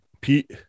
Pete